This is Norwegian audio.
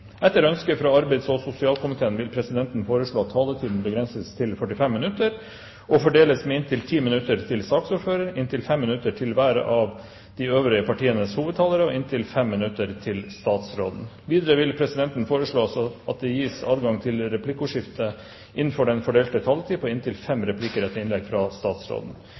Etter ønske fra arbeids- og sosialkomiteen vil presidenten foreslå at taletiden begrenses til 45 minutter og fordeles med inntil 10 minutter til saksordføreren, inntil 5 minutter til hver av de øvrige partienes hovedtalere og inntil 5 minutter til statsråden. Videre vil presidenten foreslå at det gis anledning til replikkordskifte på inntil fem replikker etter innlegget fra statsråden